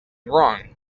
wrong